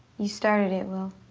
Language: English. you started it, will.